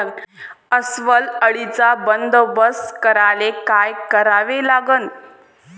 अस्वल अळीचा बंदोबस्त करायले काय करावे लागन?